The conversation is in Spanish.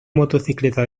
motocicleta